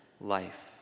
life